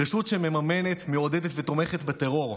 רשות שמממנת, מעודדת ותומכת בטרור,